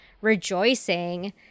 rejoicing